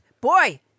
Boy